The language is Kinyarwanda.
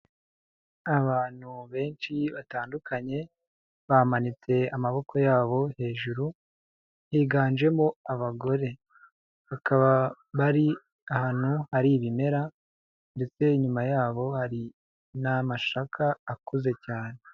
Abantu benshi batandukanye, bamanitse amaboko yabo hejuru, higanjemo abagore. Bakaba bari ahantu hari ibimera ndetse inyuma yabo hari n'amashakaka akuze cyane.